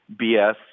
BS